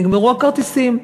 נגמרו הכרטיסים.